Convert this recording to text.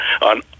on